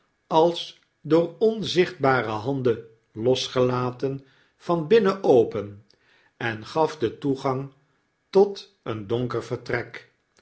als door onzichtbare handen losgelaten van binnen open en gaf den toegang tot een donker vertrek